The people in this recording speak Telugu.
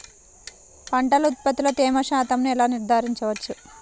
పంటల ఉత్పత్తిలో తేమ శాతంను ఎలా నిర్ధారించవచ్చు?